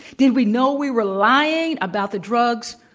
did we know we were lying about the drugs?